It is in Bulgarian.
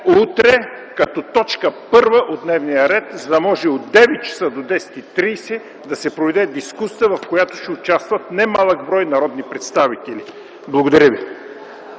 утре като т. 1 от дневния ред, за да може от 9,00 до 10,30 ч. да се проведе дискусията, в която ще участват не малък брой народни представители. Благодаря ви.